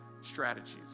strategies